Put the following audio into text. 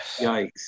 Yikes